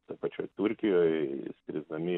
toj pačioj turkijoj skrisdami